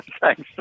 Thanks